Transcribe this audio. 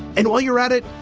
and while you're at it,